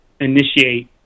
initiate